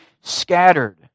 scattered